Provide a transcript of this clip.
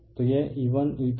तो यह E1E2 है